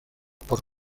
por